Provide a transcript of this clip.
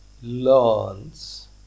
learns